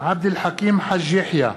עבד אל חכים חאג' יחיא,